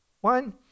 One